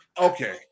Okay